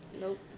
Nope